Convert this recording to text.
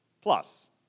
Plus